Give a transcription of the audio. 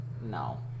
No